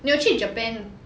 你有去 japan